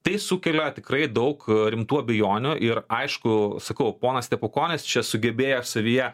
tai sukelia tikrai daug rimtų abejonių ir aišku sakau ponas stepukonis čia sugebėjo savyje